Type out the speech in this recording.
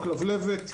הכלבלבת,